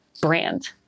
brand